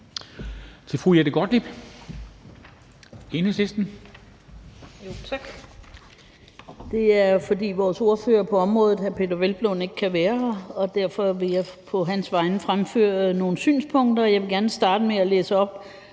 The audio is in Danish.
(Ordfører) Jette Gottlieb (EL): Tak. Vores ordfører på området, hr. Peder Hvelplund, kan ikke kan være her, og derfor vil jeg på hans vegne fremføre nogle synspunkter. Jeg vil gerne starte med at læse op,